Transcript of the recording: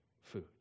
food